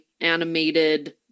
animated